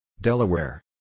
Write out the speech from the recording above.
Delaware